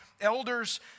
elders